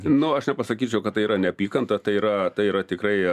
nu aš nepasakyčiau kad tai yra neapykanta tai yra tai yra tikrai